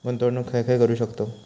गुंतवणूक खय खय करू शकतव?